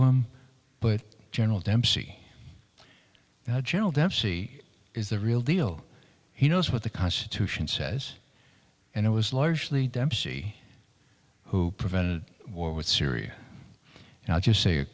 him but general dempsey now general dempsey is the real deal he knows what the constitution says and it was largely dempsey who prevented war with syria and i'll just say